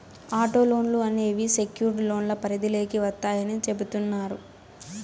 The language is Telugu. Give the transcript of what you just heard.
ఆటో లోన్లు అనేవి సెక్యుర్డ్ లోన్ల పరిధిలోకి వత్తాయని చెబుతున్నారు